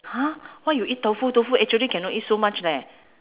!huh! why you eat tofu tofu actually cannot eat so much leh